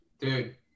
Dude